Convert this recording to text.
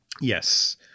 Yes